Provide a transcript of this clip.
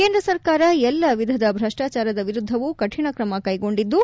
ಕೇಂದ್ರ ಸರ್ಕಾರ ಎಲ್ಲ ವಿಧದ ಭ್ರಷ್ಲಾಚಾರದ ವಿರುದ್ದವೂ ಕಠಿಣ ಕ್ರಮ ಕೈಗೊಂಡಿದ್ದು